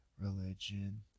religion